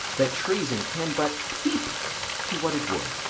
that treason can but peep to what it would,